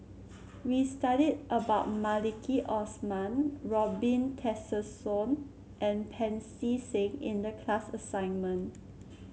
we studied about Maliki Osman Robin Tessensohn and Pancy Seng in the class assignment